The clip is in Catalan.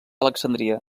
alexandria